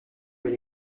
elle